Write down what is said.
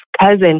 cousin